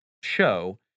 show